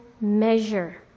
measure